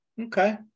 okay